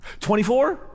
24